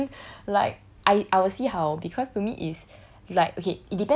I don't know like as in like I I will see how because to me it's